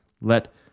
Let